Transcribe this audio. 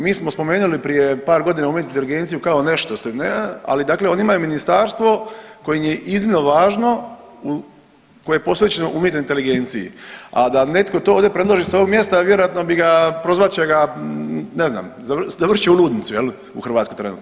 Mi smo spomenuli prije par godina umjetnu inteligenciju kao nešto ... ali dakle oni imaju ministarstvo koje je im je iznimno važno, koje je posvećeno umjetnoj inteligenciji, a da netko to ovdje predloži s ovoga mjesta, vjerojatno bi ga, prozvat će, ne znam, završit će u ludnici u Hrvatskoj trenutno.